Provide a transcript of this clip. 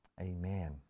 Amen